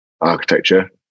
architecture